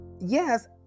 yes